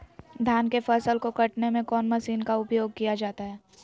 धान के फसल को कटने में कौन माशिन का उपयोग किया जाता है?